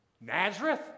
Nazareth